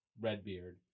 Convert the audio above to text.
Redbeard